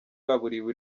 baburiwe